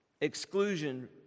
exclusion